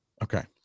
Okay